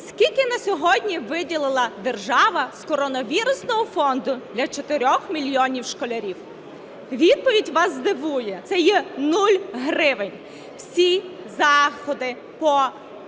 Скільки на сьогодні виділила держава з коронавірусного фонду для 4 мільйонів школярів? Відповідь вас здивує: це є нуль гривень. Всі заходи по безпеці